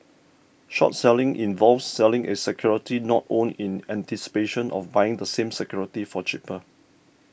short selling involves selling a security not owned in anticipation of buying the same security for cheaper